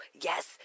Yes